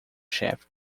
chefe